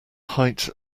height